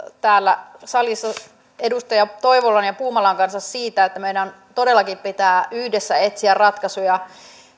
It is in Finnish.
täällä salissa edustajien toivola ja puumala kanssa siitä että meidän todellakin pitää yhdessä etsiä ratkaisuja